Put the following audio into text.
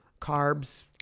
carbs